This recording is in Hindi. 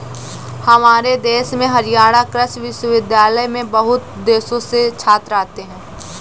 हमारे शहर में हरियाणा कृषि विश्वविद्यालय में बहुत देशों से छात्र आते हैं